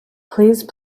please